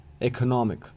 economic